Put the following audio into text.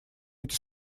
эти